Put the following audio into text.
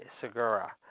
Segura